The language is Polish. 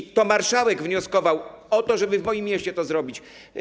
I to marszałek wnioskował o to, żeby w moim mieście to zrobić.